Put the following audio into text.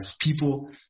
People